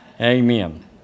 Amen